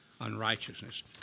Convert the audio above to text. unrighteousness